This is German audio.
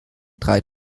drei